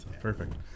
Perfect